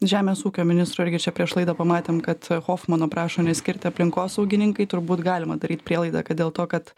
žemės ūkio ministro irgi čia prieš laidą pamatėm kad hofmano prašo neskirti aplinkosaugininkai turbūt galima daryt prielaidą kad dėl to kad